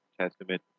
Testament